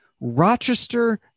rochester